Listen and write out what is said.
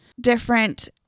different